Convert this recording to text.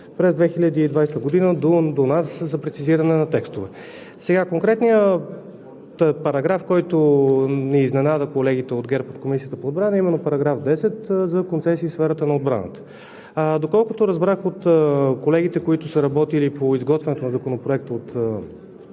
през 2020 г. до нас за прецизиране на текстове. Конкретният параграф, който изненада колегите от ГЕРБ в Комисията по отбрана, е именно § 10 за концесии в сферата на отбраната. Доколкото разбрах от колегите, които са работили по изготвянето на Законопроекта от